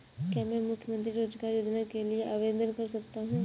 क्या मैं मुख्यमंत्री रोज़गार योजना के लिए आवेदन कर सकता हूँ?